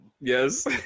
Yes